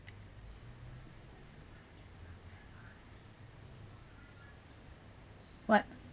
what